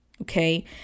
okay